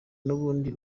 n’ubundi